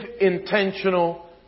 intentional